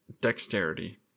Dexterity